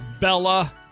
Bella